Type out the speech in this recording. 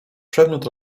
przedmiot